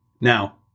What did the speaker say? Now